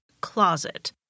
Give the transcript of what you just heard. closet